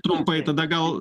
trumpai tada gal